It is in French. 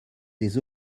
des